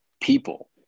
people